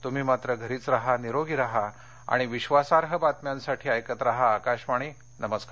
त्म्ही मात्र घरीच राहा निरोगी राहा आणि विश्वासार्ह बातम्यांसाठी ऐकत राहा आकाशवाणी नमस्कार